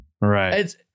Right